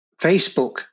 Facebook